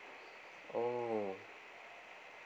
oh